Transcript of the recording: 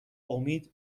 امید